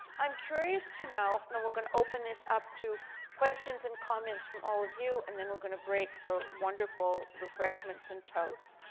i'm curious to know and we're going to open this up to questions and comments from all of you, and then we're gonna break for wonderful refreshments and toasts.